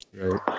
Right